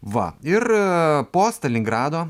va ir po stalingrado